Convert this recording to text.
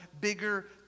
bigger